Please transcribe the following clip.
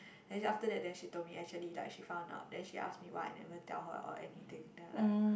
then after that then she told me actually like she found out then she ask me why I never tell her or anything then I like